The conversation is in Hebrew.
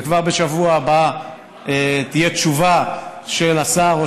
וכבר בשבוע הבא תהיה תשובה של השר או